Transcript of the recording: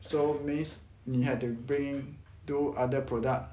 so means you had to bring do other product